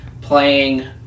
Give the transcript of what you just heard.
Playing